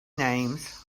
names